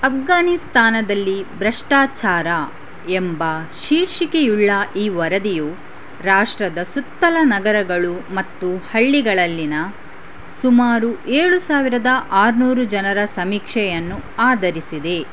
ಅಫ್ಘಾನಿಸ್ತಾನದಲ್ಲಿ ಭ್ರಷ್ಟಾಚಾರ ಎಂಬ ಶೀರ್ಷಿಕೆಯುಳ್ಳ ಈ ವರದಿಯು ರಾಷ್ಟ್ರದ ಸುತ್ತಲ ನಗರಗಳು ಮತ್ತು ಹಳ್ಳಿಗಳಲ್ಲಿನ ಸುಮಾರು ಏಳು ಸಾವಿರದ ಆರುನೂರು ಜನರ ಸಮೀಕ್ಷೆಯನ್ನು ಆಧರಿಸಿದೆ